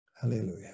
Hallelujah